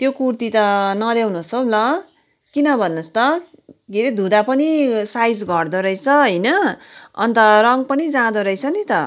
त्यो कुर्ती त नल्याउनुहोस् हौ ल किन भन्नुहोस् त के हरे धुँदा पनि साइज घट्दो रहेछ होइन अन्त रङ पनि जाँदो रहेछ नि त